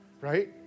Right